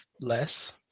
less